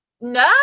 no